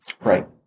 Right